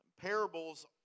Parables